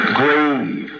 grave